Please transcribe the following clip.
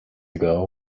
ago